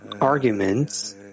arguments